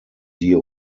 siehe